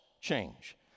change